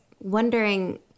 wondering